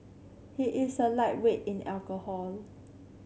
he is a lightweight in alcohol